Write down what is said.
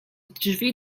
drzwi